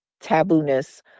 taboo-ness